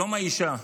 יום האישה.